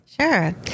Sure